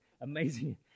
amazing